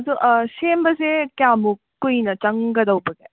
ꯑꯗꯨ ꯁꯦꯝꯕꯁꯦ ꯀꯌꯥꯃꯨꯛ ꯀꯨꯏꯅ ꯆꯪꯒꯗꯧꯕꯒꯦ